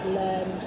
learn